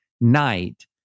night